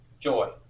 Joy